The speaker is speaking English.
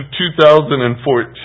2014